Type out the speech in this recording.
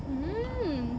mm